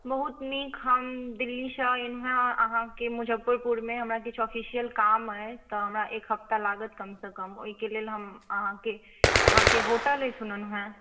बहुत नीक हम दिल्ली से एलहुँ हँ अहाँकेँ मुजफ्फरपुरमे हमरा किछु ऑफिशियल काम अइ तऽ हमरा एक हफ्ता लागत कमसँ कम ओहिके लेल हम अहाँकेँ अहाँकेँ होटल अइ सुनलहुँ हँ